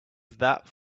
that